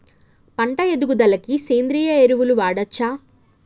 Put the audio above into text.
పంట ఎదుగుదలకి సేంద్రీయ ఎరువులు వాడచ్చా?